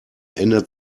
ändert